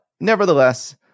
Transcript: nevertheless